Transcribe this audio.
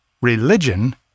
Religion